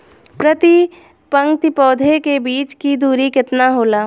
प्रति पंक्ति पौधे के बीच की दूरी केतना होला?